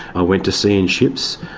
i went to sea in ships.